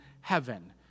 heaven